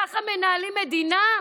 ככה מנהלים מדינה?